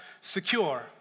secure